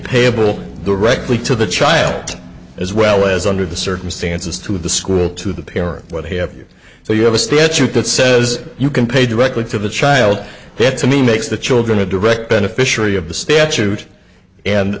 payable directly to the child as well as under the circumstances to the school to the parent what have you so you have a statute that says you can pay directly to the child yet to me makes the children a direct beneficiary of the statute and